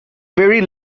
very